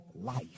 life